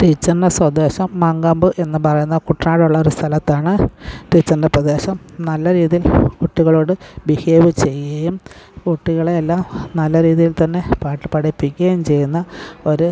ടീച്ചറിൻ്റെ സ്വദേശം മാങ്കാമ്പ് എന്നു പറയുന്ന കുട്ടനാടുള്ള ഒരു സ്ഥലത്താണ് ടീച്ചറിൻ്റെ പ്രദേശം നല്ല രീതിയിൽ കുട്ടികളോട് ബിഹേവ് ചെയ്യുകയും കുട്ടികളെ എല്ലാം നല്ല രീതിയിൽ തന്നെ പാട്ടു പഠിപ്പിക്കുകയും ചെയ്യുന്ന ഒരു